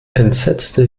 entsetzte